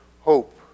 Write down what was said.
hope